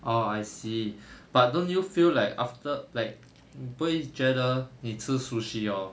orh I see but don't you feel like after like 不会觉得你吃 sushi hor